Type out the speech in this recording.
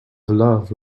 love